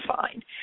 find